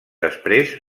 després